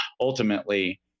ultimately